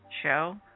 show